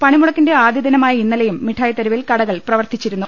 പണിമുടക്കിന്റെ ആദ്യദിനുമായ ഇന്നലെയും മിഠായിത്തെരുവിൽ കടകൾ പ്രവർത്തിച്ചിരുന്നു